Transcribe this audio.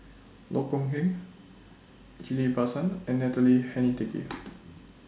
Loh Kok Heng Ghillie BaSan and Natalie Hennedige